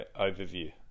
Overview